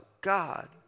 God